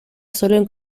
solo